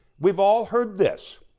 we've all heard this.